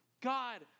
God